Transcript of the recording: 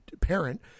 parent